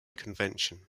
convention